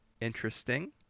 interesting